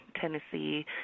Tennessee